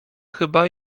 chyba